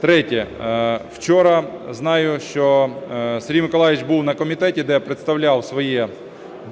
Третє. Вчора, знаю, що Сергій Миколайович був на комітеті, де представляв своє